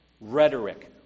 Rhetoric